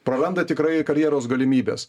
praranda tikrai karjeros galimybes